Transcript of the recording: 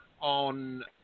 on